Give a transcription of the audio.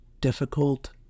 difficult